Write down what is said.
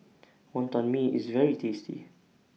Wonton Mee IS very tasty